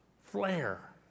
flare